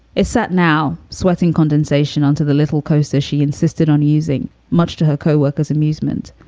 it sat now sweating condensation onto the little coaster, she insisted on using much to her co-workers amusement.